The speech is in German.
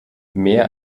mehr